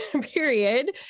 period